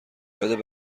یاد